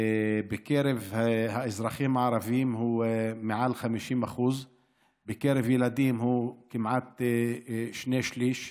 בקרב האזרחים הערבים הוא מעל 50%. בקרב ילדים הוא כמעט שני שלישים,